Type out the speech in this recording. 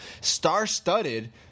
star-studded